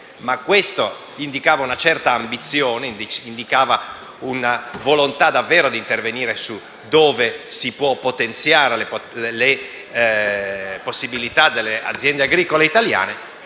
articolo indicava una certa ambizione e la volontà di intervenire là dove si possono potenziare le possibilità delle aziende agricole italiane